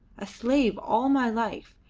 a slave all my life,